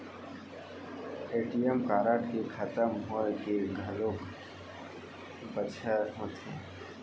ATM card के खतम होए के घलोक बछर होथे